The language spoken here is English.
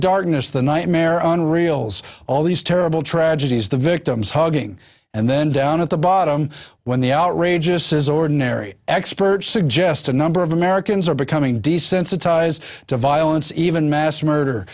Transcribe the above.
darkness the nightmare on reels all these terrible tragedies the victims hugging and then down at the bottom when the outrageous is ordinary experts suggest a number of americans are becoming desensitized to violence even mass murder